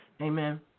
Amen